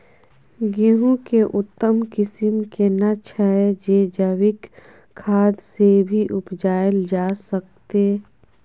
गेहूं के उत्तम किस्म केना छैय जे जैविक खाद से भी उपजायल जा सकते?